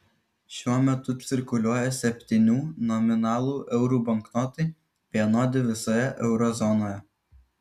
šiuo metu cirkuliuoja septynių nominalų eurų banknotai vienodi visoje euro zonoje